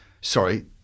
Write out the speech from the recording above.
sorry